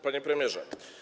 Panie Premierze!